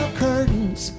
curtains